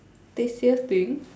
tastiest thing